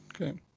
Okay